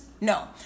No